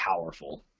powerful